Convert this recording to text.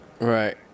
right